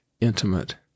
intimate